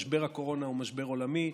משבר הקורונה הוא משבר עולמי,